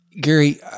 Gary